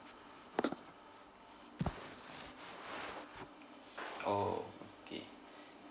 orh okay